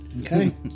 Okay